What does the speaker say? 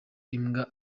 imbwa